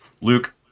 Luke